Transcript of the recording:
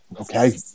okay